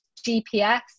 GPS